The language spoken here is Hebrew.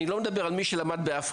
אני לא מדבר על מי שלמד באפריקה,